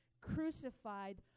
crucified